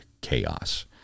chaos